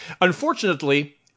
Unfortunately